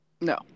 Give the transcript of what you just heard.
No